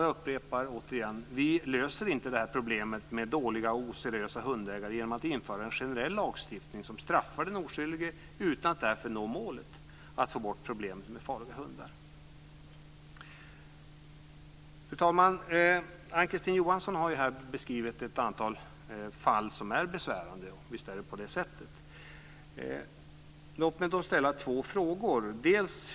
Jag upprepar återigen: Vi löser inte problemet med dåliga och oseriösa hundägare genom att införa en generell lagstiftning som straffar den oskyldige utan att därför nå målet, nämligen att få bort problemet med farliga hundar. Fru talman! Ann-Kristine Johansson har här beskrivit ett antal fall som är besvärande, och visst finns det sådana. Låt mig då ställa två frågor.